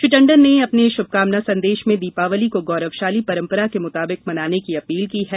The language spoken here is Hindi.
श्री टंडन ने अपने शुभकामना संदेश में दीपावली को गौरवशाली परम्परा के मुताबिक मनाने की अपील की है